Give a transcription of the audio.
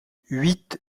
huit